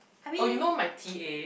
oh you know my t_a